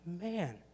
man